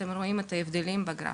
ואתם יכולים לראות את הנתונים כאן בגרף.